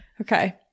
Okay